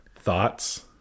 thoughts